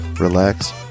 relax